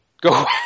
go